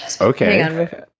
okay